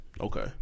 Okay